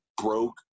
broke